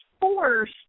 force